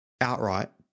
outright